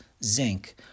zinc